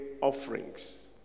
offerings